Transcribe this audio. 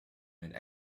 and